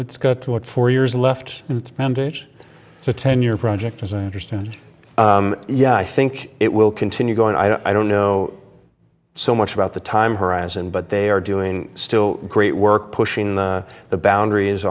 it's got to work for years left it's a ten year project as i understand it yeah i think it will continue going i don't know so much about the time horizon but they are doing still great work pushing the boundaries